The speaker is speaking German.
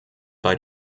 bei